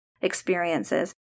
experiences